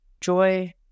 Joy